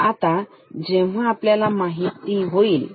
आता जेव्हा आपल्याला माहित होईल आता आपण आपले वोल्टमीटर बनवू शकतो